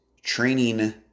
training